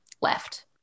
left